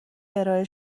ارائه